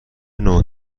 نوع